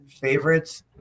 favorites